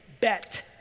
bet